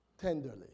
tenderly